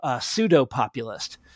pseudo-populist